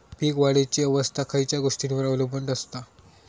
पीक वाढीची अवस्था खयच्या गोष्टींवर अवलंबून असता?